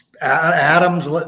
adams